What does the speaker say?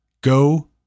go